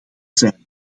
zijn